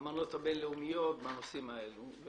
לאמנות הבין-לאומיות בנושאים האלה,